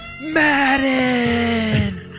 Madden